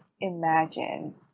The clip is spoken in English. imagine